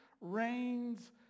rains